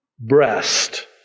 breast